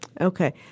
Okay